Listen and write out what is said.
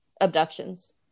abductions